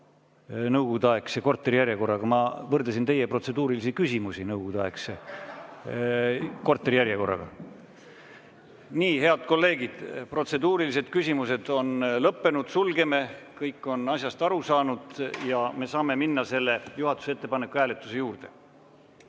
nõukogudeaegse korterijärjekorraga, ma võrdlesin teie protseduurilisi küsimusi nõukogudeaegse korterijärjekorraga. Nii, head kolleegid, protseduurilised küsimused on lõppenud, sulgeme need, kõik on asjast aru saanud, ja me saame minna juhatuse ettepaneku hääletamise